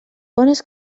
bones